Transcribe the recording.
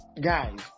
guys